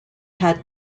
had